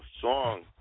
song